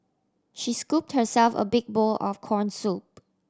she scooped herself a big bowl of corn soup